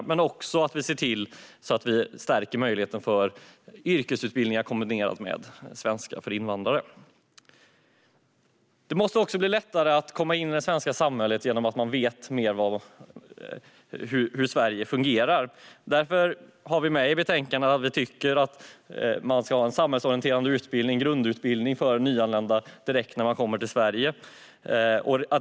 Vi måste också se till att stärka möjligheten för yrkesutbildningar som kombineras med svenska för invandrare. Det måste bli lättare att komma in i det svenska samhället, och då behöver man veta mer hur Sverige fungerar. Därför har vi en skrivning i betänkandet där vi säger att vi tycker att det ska finnas en samhällsorienterad grundutbildning för nyanlända direkt när de kommer till Sverige.